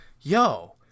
Yo